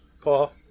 Paul